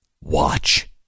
Watch